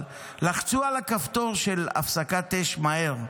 לחצו על הכפתור של הפסקת אש מהר,